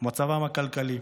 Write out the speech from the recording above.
מצבם הכלכלי.